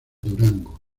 durango